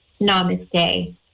Namaste